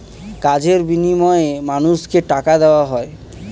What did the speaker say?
কাজের বিনিময়ে মানুষকে টাকা দেওয়া হয়